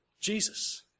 Jesus